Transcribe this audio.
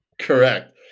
Correct